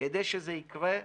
כדי שזה יקרה,